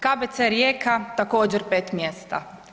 KBC Rijeka također 5 mjesta.